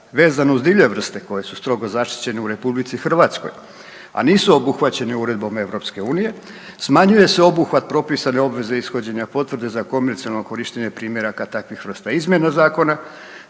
vezano uz divlje vrste koje su strogo zaštićene u Republici Hrvatskoj, a nisu obuhvaćeni Uredbom EU smanjuje se obuhvat propisane obveze ishođenja potvrde za komercijalno korištenje primjeraka takvih vrsta izmjena zakona.